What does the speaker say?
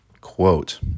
quote